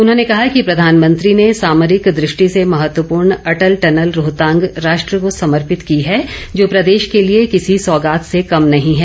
उन्होंने कहा कि प्रधानमंत्री ने सामरिक दृष्टि से महत्वपूर्ण अटल टनल रोहतांग राष्ट्र को समर्पित की है जो प्रदेश के लिए किसी सौगात से कम नहीं है